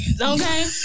okay